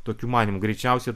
tokių manymu greičiausiai